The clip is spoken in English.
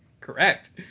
Correct